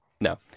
No